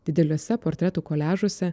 dideliuose portretų koliažuose